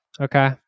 Okay